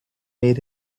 made